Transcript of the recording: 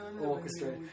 orchestra